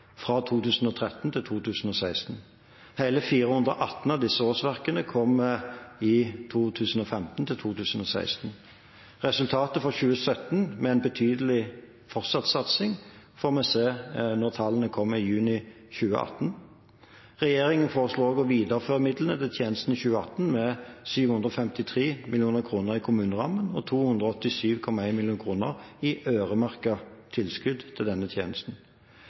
fra 2013 til 2016. Hele 418 av disse årsverkene kom i 2015–2016. Resultater for 2017 med en betydelig fortsatt satsing får vi se når tallene kommer i juni 2018. Regjeringen foreslår også å videreføre midlene til tjenesten i 2018 med 753 mill. kr i kommunerammen og 287,1 mill. kr i øremerkede tilskudd til denne tjenesten.